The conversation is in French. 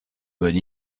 bonne